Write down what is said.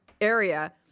area